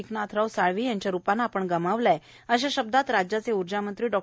एकनाथराव साळवे यांच्या रुपाने गमावला आहे अशा शब्दात राज्याचे ऊर्जामंत्री डॉ